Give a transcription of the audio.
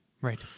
Right